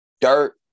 dirt